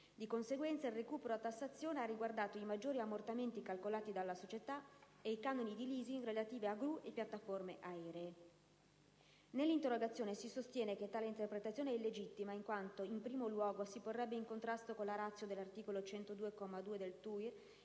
Di conseguenza, il recupero a tassazione ha riguardato i maggiori ammortamenti calcolati dalla società e i canoni di *leasing* relativi a gru e piattaforme aeree. Nell'interrogazione si sostiene che tale interpretazione è illegittima in quanto, in primo luogo, si porrebbe in contrasto con la *ratio* dell'articolo 102, comma 2, del TUIR